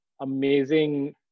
amazing